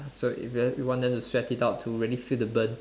so if ya you want them to sweat it out to really feel the burn